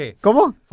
¿Cómo